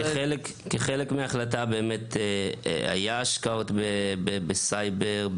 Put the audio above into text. כחלק מההחלטה באמת היו השקעות בסייבר,